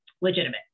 legitimate